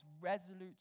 resolute